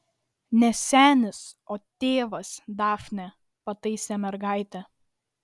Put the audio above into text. ne senis o tėvas dafne pataisė mergaitę